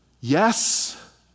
Yes